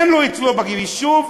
אין לו אצלו ביישוב,